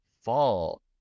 fall